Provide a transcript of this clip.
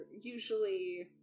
usually